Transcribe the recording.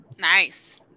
Nice